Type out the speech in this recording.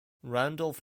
randolph